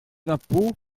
l’impôt